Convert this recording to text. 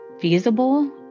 feasible